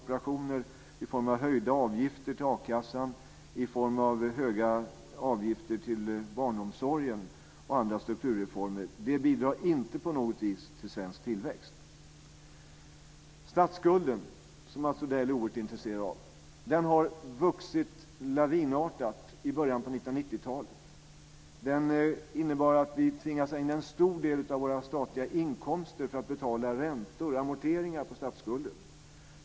Operationer i form av höjda avgifter till a-kassan, höga avgifter till barnomsorgen och andra strukturreformer bidrar inte på något vis till svensk tillväxt. Statsskulden, som Mats Odell är oerhört intresserad av, har vuxit lavinartat i början på 1990-talet. Det innebar att vi tvingades använda en stor del av våra statliga inkomster till att betala räntor och amorteringar på statsskulden.